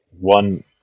one